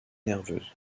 nerveuse